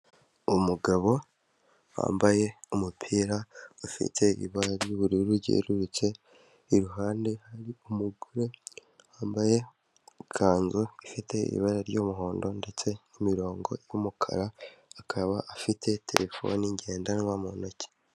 Umugabo wambaye umupira ufite ibara ry'ubururu ryerurutse, iruhande hari umugore wambaye ikanzu ifite ibara ry'umuhondo, ndetse n'imirongo y'umukara akaba afite terefone ngendanwa mu ntoki.